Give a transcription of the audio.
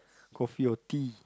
coffee or tea